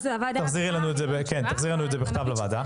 תחזירי לנו תשובה בכתב לוועדה.